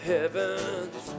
Heavens